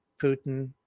Putin